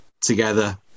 together